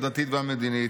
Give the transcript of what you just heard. הדתית והמדינית,